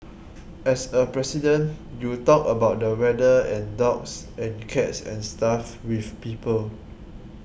as a President you talk about the weather and dogs and cats and stuff with people